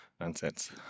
nonsense